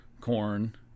corn